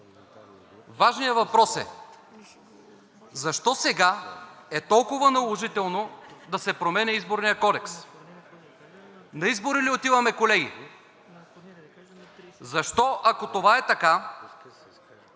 Важният въпрос е защо сега е толкова наложително да се променя Изборният кодекс? На избори ли отиваме колеги? Защо, ако това е така,